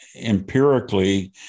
empirically